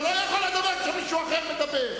אתה לא יכול לדבר כשמישהו אחר מדבר.